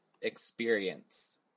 experience